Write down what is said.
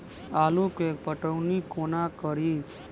आलु केँ पटौनी कोना कड़ी?